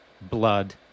blood